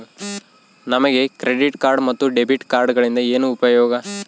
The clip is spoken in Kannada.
ನಮಗೆ ಕ್ರೆಡಿಟ್ ಕಾರ್ಡ್ ಮತ್ತು ಡೆಬಿಟ್ ಕಾರ್ಡುಗಳಿಂದ ಏನು ಉಪಯೋಗ?